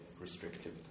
restrictive